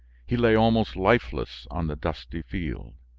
he lay almost lifeless on the dusty field.